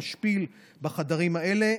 משפיל בחדרים האלה,